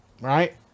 Right